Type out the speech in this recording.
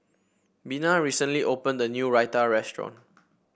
Bena recently opened a new Raita Restaurant